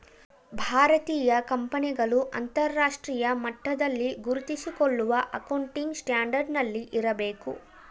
ಭಾರತೀಯ ಕಂಪನಿಗಳು ಅಂತರರಾಷ್ಟ್ರೀಯ ಮಟ್ಟದಲ್ಲಿ ಗುರುತಿಸಿಕೊಳ್ಳಲು ಅಕೌಂಟಿಂಗ್ ಸ್ಟ್ಯಾಂಡರ್ಡ್ ನಲ್ಲಿ ಇರಬೇಕು